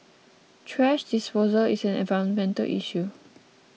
thrash disposal is an environmental issue